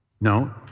No